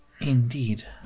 Indeed